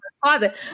closet